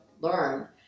learn